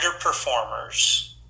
underperformers